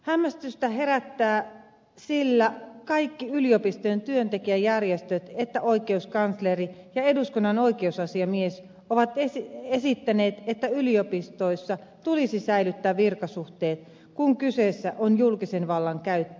hämmästystä tämä herättää sillä sekä kaikki yliopistojen työntekijäjärjestöt että oikeuskansleri ja eduskunnan oikeusasiamies ovat esittäneet että yliopistoissa tulisi säilyttää virkasuhteet kun kyseessä on julkisen vallan käyttö